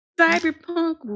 cyberpunk